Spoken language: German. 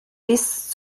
mist